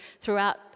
throughout